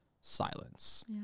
silence